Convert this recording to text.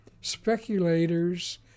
speculators